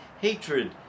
hatred